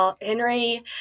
Henry